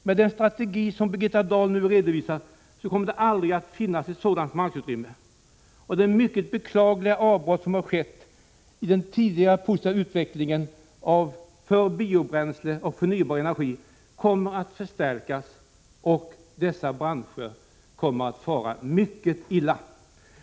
Med den strategi som Birgitta Dahl nu redovisar kommer det aldrig att finnas ett sådant marknadsutrymme, och det mycket beklagliga avbrott som har skett i den tidigare positiva utvecklingen för biobränslen och övrig förnybar energi kommer att förstärkas, och branscherna kommer att fara mycket illa.